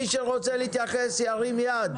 מי שרוצה להתייחס ירים יד,